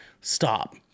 stop